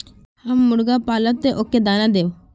हम मुर्गा पालव तो उ के दाना देव?